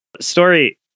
Story